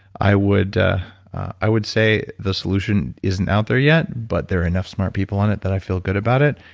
i would i would say the solution isn't out there yet, but there are enough smart people on it that i feel good about it.